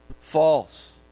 False